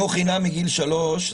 חינוך חינם מגיל שלוש,